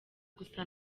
gusa